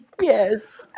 Yes